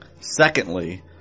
Secondly